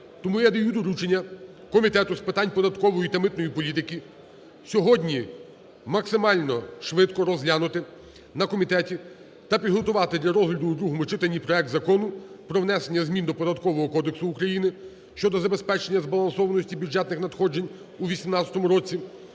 Тому я даю доручення Комітету з питань податкової та митної політики сьогодні максимально швидко розглянути на комітеті та підготувати для розгляду у другому читанні проект Закону про внесення змін до Податкового кодексу України щодо забезпечення збалансованості бюджетних надходжень у 2018 році